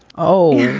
oh,